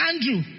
Andrew